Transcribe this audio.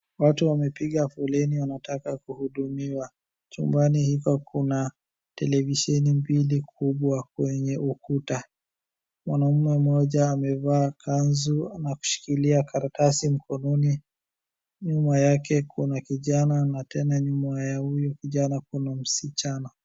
watu wamepiga foleni wanataka kuhudumiwa chumbani huko kuna televisheni kubwa kwenye ukuta ,mwanaume mmoja amevaa kanzu na kushikilia karatasi mkononi nyuma yake kuna kjana na tena nyuma ya huyo kijana kuna msichana